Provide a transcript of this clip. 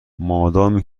مادامی